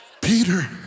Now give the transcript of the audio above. Peter